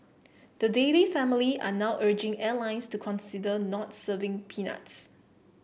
the Daley family are now urging airlines to consider not serving peanuts